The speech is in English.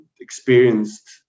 experienced